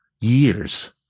years